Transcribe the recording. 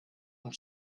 und